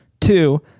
Two